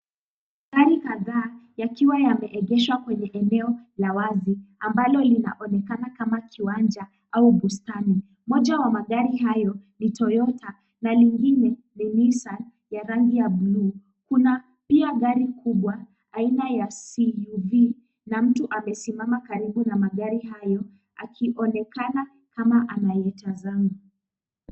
Gari kadhaa yakiwa yameegeshwa kwenye eneo la wazi, ambalo linaonekana kama kiwanja au bustani. Moja ya magari hayo ni toyota na nyingine ni nissan ya rangi ya buluu. Kuna pia gari kubwa aina ya SUV na mtu amesimama karibu na magari hayo, akionekana kama anaitazama.